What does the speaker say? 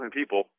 people